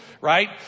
right